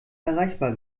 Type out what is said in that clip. erreichbar